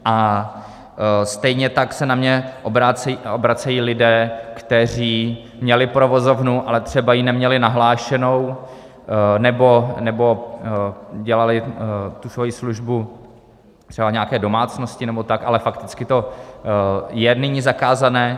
A stejně tak se na mě obracejí lidé, kteří měli provozovnu, ale třeba ji neměli nahlášenou, nebo dělali svoji službu v nějaké domácnosti nebo tak, ale fakticky to je nyní zakázané.